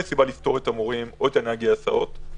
סיבה לפטור את המורים או את נהגי ההסעות.